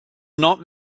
not